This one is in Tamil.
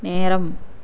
நேரம்